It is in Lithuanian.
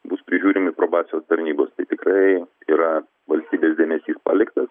bus prižiūrimi probacijos tarnybos tai tikrai yra valstybės dėmesys paliktas